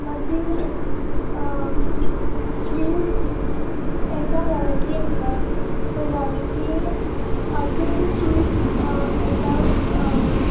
मागीर फ्रीज हांकां वॉरंटी आसता सो वॉरंटी अर्दो अर्दो फ्रीज येताक